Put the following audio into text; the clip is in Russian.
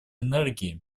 энергии